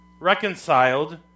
Reconciled